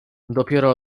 dopiero